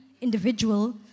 individual